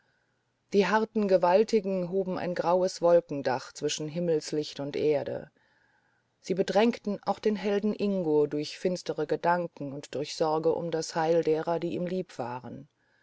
die harten gewaltigen hoben ein graues wolkendach zwischen himmelslicht und erde sie bedrängten auch den helden ingo durch finstere gedanken und durch sorge um das heil derer die ihm lieb waren